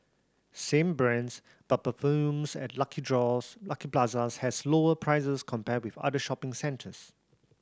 same brands but perfumes at Lucky Lucky Plaza has lower prices compared with other shopping centres